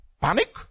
Panic